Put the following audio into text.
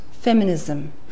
feminism